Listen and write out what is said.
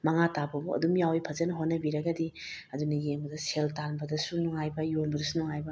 ꯃꯉꯥ ꯇꯥꯕꯐꯥꯎ ꯑꯗꯨꯝ ꯌꯥꯎꯋꯤ ꯐꯖꯅ ꯍꯣꯠꯅꯕꯤꯔꯒꯗꯤ ꯑꯗꯨꯅ ꯌꯦꯡꯕꯗ ꯁꯦꯜ ꯇꯥꯟꯕꯗꯁꯨ ꯅꯨꯡꯉꯥꯏꯕ ꯌꯣꯟꯕꯗꯁꯨ ꯅꯨꯡꯉꯥꯏꯕ